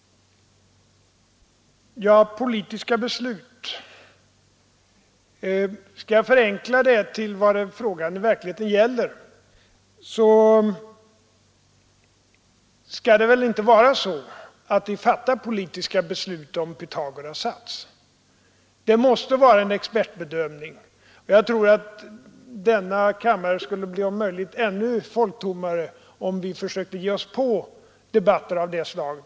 Om jag förenklar detta med ”politiska beslut” till vad frågan i verkligheten gäller, så skall det väl inte vara så att vi fattar politiska beslut om Pythagoras” sats. Det måste vara en expertbedömning, och jag tror att denna kammare skulle bli om möjligt ännu folktommare, om vi försökte oss på debatter av det slaget.